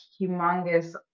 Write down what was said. humongous